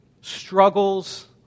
struggles